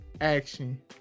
Action